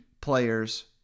players